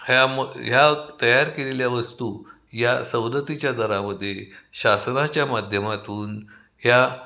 ह्या मग ह्या तयार केलेल्या वस्तू या सवलतीच्या दरामध्ये शासनाच्या माध्यमातून ह्या